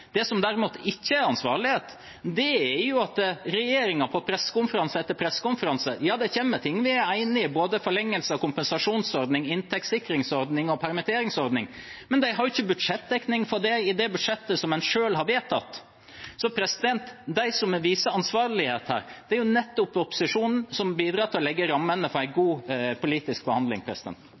Det som derimot ikke er ansvarlig, er at regjeringen på pressekonferanse etter pressekonferanse – ja, de kommer med ting vi er enige om også, både forlengelse av kompensasjonsordning, inntektssikringsordning og permitteringsordning – viser at de ikke har budsjettdekning på det budsjettet som de selv har vedtatt. Så de som viser ansvarlighet her, er nettopp opposisjonen, som bidrar til å legge rammene for en god politisk behandling.